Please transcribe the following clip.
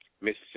Mississippi